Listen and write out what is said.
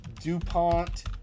DuPont